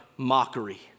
Mockery